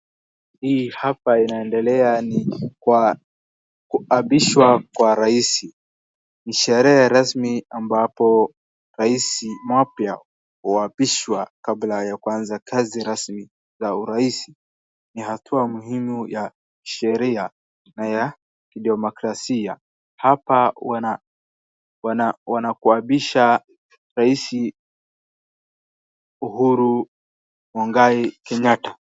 Hii hapa inaendelea ni kuapishwa kwa rais. Ni sherehe rasmi ambapo rais mpya huapishwa kabla ya kuanza kazi rasmi ya urais. Ni hatua muhumu ya sheria na kidemokrasia. Hapa wanaapisha rais Uhuru Mwigai Kenyatta.